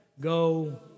Go